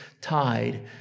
tide